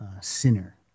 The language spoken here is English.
Sinner